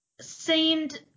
seemed